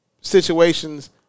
Situations